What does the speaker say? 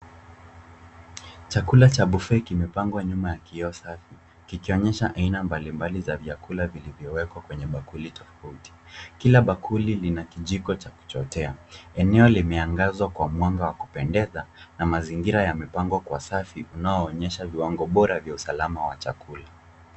Chakula cha bufee kimepangwa nyuma ya kioo safi kikionyesha aina mbalimbali za vyakula vilivyowekwa kwenye bakuli tofauti. Kila bakuli lina kijiko cha kuchotea, eneo limeangazwa kwa mwanga wa kupendeza na mazingira yamepangwa kwa safi unaoonyesha viwango bora vya usalama wa chakula.